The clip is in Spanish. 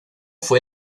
fue